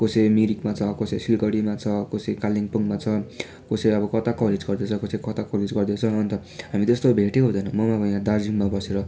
कसै मिरिकमा छ कसै सिलगढीमा छ कसै कालिम्पोङमा कसैले अब कताकोहरू गर्दैछ कसै कलेज गर्दैछ हामी त्यस्तो भेटै हुँदैन मै अब यहाँ दार्जिलिङ बसेर